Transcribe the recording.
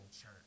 church